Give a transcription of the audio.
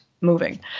moving